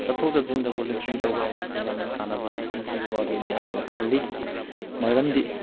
ꯆꯠꯊꯣꯛ ꯆꯠꯁꯤꯟꯗ ꯕꯣꯂꯨꯟꯇꯔꯤꯡ ꯇꯧꯕ ꯍꯥꯏꯕꯁꯦ ꯌꯥꯝꯅ ꯀꯥꯟꯅꯕ ꯑꯃꯁꯨꯡ ꯑꯃ ꯑꯣꯏꯅ ꯈꯜꯂꯤ ꯃꯔꯝꯗꯤ